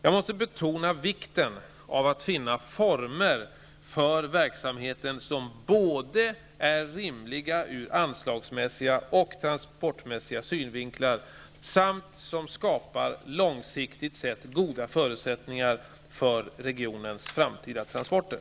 Jag måste betona vikten av att finna former för verksamheten som är rimliga ur både anslagsmässiga och transportmässiga synvinklar och som skapar lågsiktigt sett goda förutsättningar för regionens framtida transporter.